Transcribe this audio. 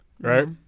right